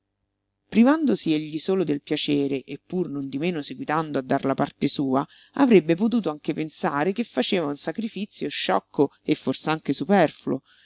privandosi egli solo del piacere e pur non di meno seguitando a dar la parte sua avrebbe potuto anche pensare che faceva un sacrifizio sciocco e fors'anche superfluo